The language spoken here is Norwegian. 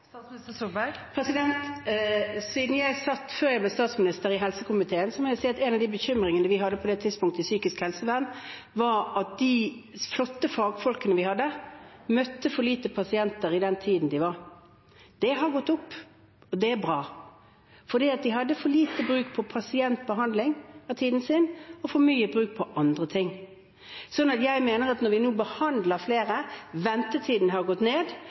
Før jeg ble statsminister, satt jeg i helsekomiteen, og en av bekymringene vi hadde på det tidspunktet innen psykisk helsevern, var at de flotte fagfolkene vi hadde, møtte for få pasienter. De brukte for lite av tiden sin på pasientbehandling og for mye på andre ting. Det har gått opp, og det er bra. Jeg mener at når vi nå behandler flere og ventetiden har gått ned, er det en indikasjon på at det faktisk også er en forbedring. Slike endringer skaper også alltid utfordringer, når